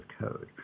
code